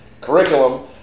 Curriculum